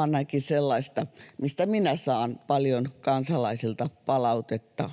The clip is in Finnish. ainakin sellaista, mistä minä saan paljon kansalaisilta palautetta,